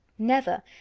never,